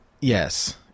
Yes